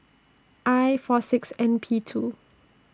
I four six N P two